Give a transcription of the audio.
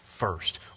First